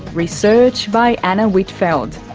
research by anna whitfeld,